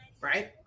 right